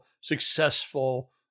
successful